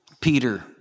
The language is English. Peter